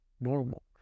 normal